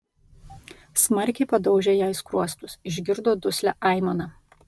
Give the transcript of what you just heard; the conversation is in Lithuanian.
smarkiai padaužė jai skruostus išgirdo duslią aimaną